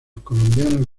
colombianos